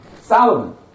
Solomon